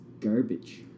garbage